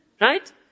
right